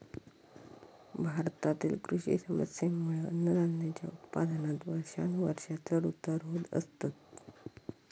भारतातील कृषी समस्येंमुळे अन्नधान्याच्या उत्पादनात वर्षानुवर्षा चढ उतार होत असतत